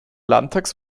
landtags